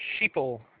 sheeple